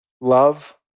love